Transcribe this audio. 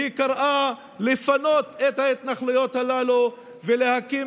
והיא קראה לפנות את ההתנחלויות הללו ולהקים